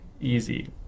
easy